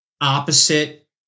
opposite